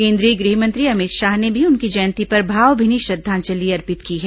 केन्द्रीय गृहमंत्री अमित शाह ने भी उनकी जयंती पर भावभीनी श्रद्धांजलि अर्पित की है